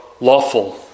lawful